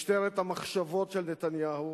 משטרת המחשבות של נתניהו,